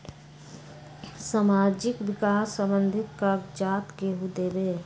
समाजीक विकास संबंधित कागज़ात केहु देबे?